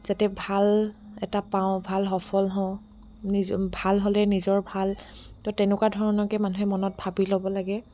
যাতে ভাল এটা পাওঁ ভাল সফল হওঁ নিজ ভাল হ'লে নিজৰ ভাল তো তেনেকুৱা ধৰণকে মানুহে মনত ভাবি ল'ব লাগে